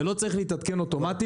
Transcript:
זה לא צריך להתעדכן אוטומטית.